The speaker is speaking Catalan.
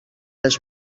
les